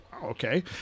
Okay